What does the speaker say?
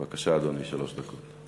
בבקשה, אדוני, שלוש דקות.